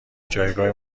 جایگاه